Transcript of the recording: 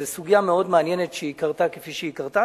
זו סוגיה מעניינת מאוד, שקרתה כפי שהיא קרתה.